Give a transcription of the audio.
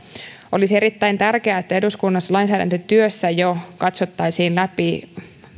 olisi erittäin tärkeää että eduskunnassa lainsäädäntötyössä jo katsottaisiin läpi